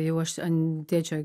jau aš ant tėčio